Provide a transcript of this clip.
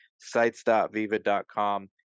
Sites.viva.com